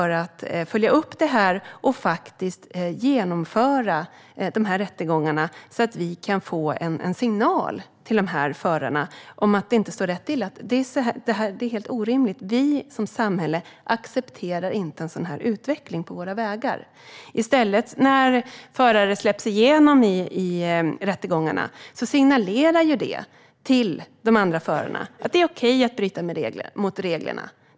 Rättegångarna borde genomföras, så att förarna får en signal om att vi som samhälle inte accepterar en sådan här utveckling på våra vägar. När förare släpps igenom i rättegångarna signalerar det i stället till de andra förarna att det är okej att bryta mot reglerna.